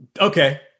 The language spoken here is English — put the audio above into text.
Okay